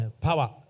power